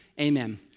amen